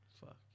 Fuck